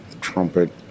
trumpet